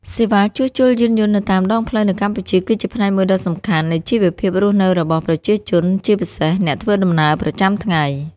សេវាជួសជុលយានយន្តនៅតាមដងផ្លូវនៅកម្ពុជាគឺជាផ្នែកមួយដ៏សំខាន់នៃជីវភាពរស់នៅរបស់ប្រជាជន ជាពិសេសអ្នកធ្វើដំណើរប្រចាំថ្ងៃ។